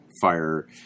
fire